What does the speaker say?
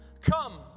Come